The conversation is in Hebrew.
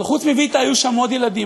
אבל חוץ מוויטה היו שם עוד ילדים,